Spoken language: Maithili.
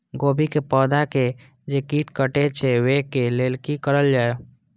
गोभी के पौधा के जे कीट कटे छे वे के लेल की करल जाय?